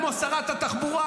כמו שרת התחבורה,